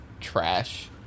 trash